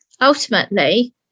Ultimately